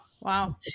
Wow